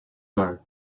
guard